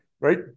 right